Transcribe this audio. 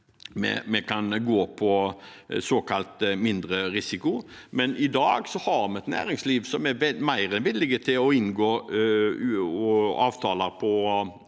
vi kan gå på såkalt mindre risiko. I dag har vi et næringsliv som er mer enn villig til å inngå avtaler om